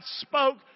spoke